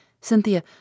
Cynthia